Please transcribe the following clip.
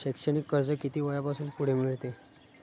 शैक्षणिक कर्ज किती वयापासून पुढे मिळते?